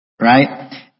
right